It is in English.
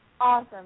Awesome